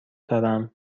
دارم